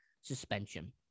suspension